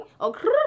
Okay